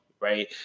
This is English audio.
right